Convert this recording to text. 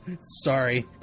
Sorry